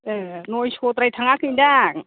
नयस'द्राय थाङाखैदां